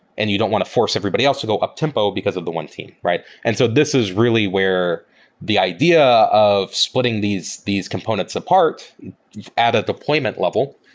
and you don't want to force everybody else to go up-tempo because of the one team. and so this is really where the idea of splitting these these components apart at a deployment level,